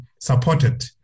supported